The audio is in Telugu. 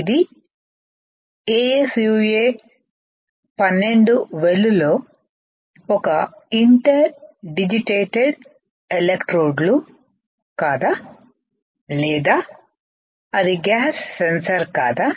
ఇది ASUA12 వెల్ లో ఒక ఇంటర్డిజిటేటెడ్ ఎలక్ట్రోడ్లు కాదా లేదా అది గ్యాస్ సెన్సార్ కాదా